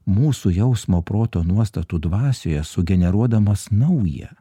mūsų jausmo proto nuostatų dvasioje sugeneruodamas naują